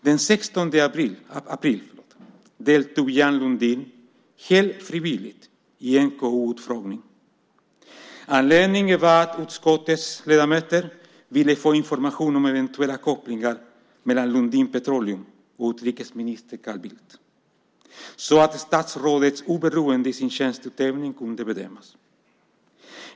Den 16 april deltog Ian Lundin helt frivilligt i en KU-utfrågning. Anledningen var att utskottets ledamöter ville få information om eventuella kopplingar mellan Lundin Petroleum och utrikesminister Carl Bildt, så att statsrådets oberoende i hans tjänsteutövning kunde bedömas.